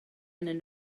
arnyn